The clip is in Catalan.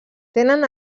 tenen